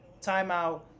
Timeout